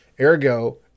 ergo